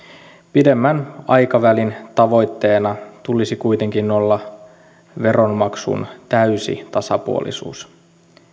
pidemmän aikavälin tavoitteena tulisi kuitenkin olla veronmaksun täysi tasapuolisuus